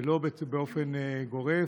ולא באופן גורף.